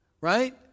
Right